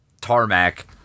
tarmac